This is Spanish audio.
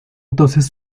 entonces